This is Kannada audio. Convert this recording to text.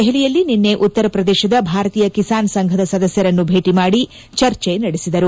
ದೆಹಲಿಯಲ್ಲಿ ನಿನ್ನೆ ಉತ್ತರ ಪ್ರದೇಶದ ಭಾರತೀಯ ಕಿಸಾನ್ ಸಂಘದ ಸದಸ್ಥರನ್ನು ಭೇಟಿ ಮಾಡಿ ಚರ್ಚೆ ನಡೆಸಿದರು